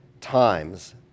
times